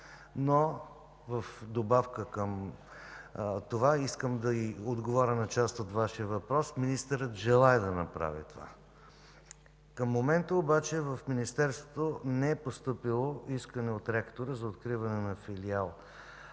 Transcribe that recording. но в добавка към това искам да отговоря на част от Вашия въпрос – министърът желае да направи това. Към момента обаче в Министерството не е постъпило искане от ректора за откриване в Шумен